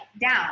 down